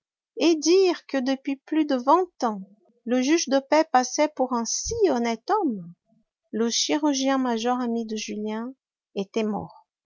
et dire que depuis plus de vingt ans le juge de paix passait pour un si honnête homme le chirurgien-major ami de julien était mort